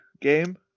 game